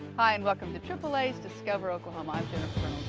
ah and welcome to aaa's discover oklahoma, i'm jenifer